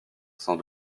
sans